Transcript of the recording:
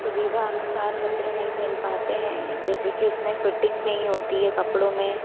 सुविधा अनुसार कपड़े नहीं मिल पाते हैं जैसे कि उसमें फिटिंग नहीं होती है कपड़ों में